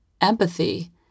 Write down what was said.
empathy